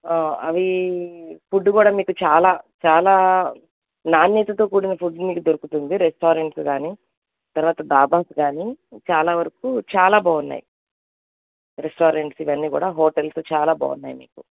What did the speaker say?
అవి ఫుడ్డు కూడా మీకు చాలా చాలా నాణ్యతతో కూడిన ఫుడ్ మీకు దొరుకుతుంది రెస్టారెంట్స్ గానీ తర్వాత దాబాస్గానీ చాలా వరకు చాలా బావున్నాయ్ రెస్టారెంట్స్ ఇవన్నీ గూడా హోటల్స్ చాలా బావున్నాయి మీకు